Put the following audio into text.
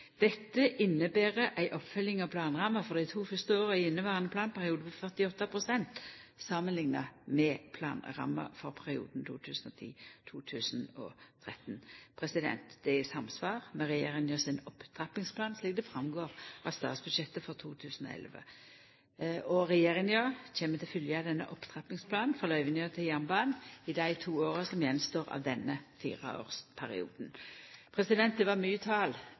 Dette inneber ei oppfølging av planramma for dei to fyrste åra i inneverande planperiode på 48 pst. samanlikna med planramma for perioden 2010–2013. Det er i samsvar med regjeringa sin opptrappingsplan, slik det går fram av statsbudsjettet for 2011. Regjeringa kjem til å følgja denne opptrappingsplanen for løyvinga til jernbanen i dei to åra som står att av denne fireårsperioden. Det var mykje tal.